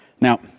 Now